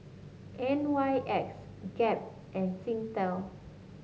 N Y X Gap and Singtel